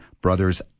brothers